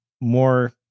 more